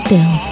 Bill